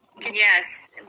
Yes